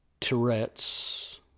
Tourette's